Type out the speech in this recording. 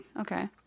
Okay